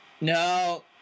no